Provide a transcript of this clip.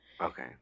Okay